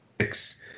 six